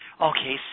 okay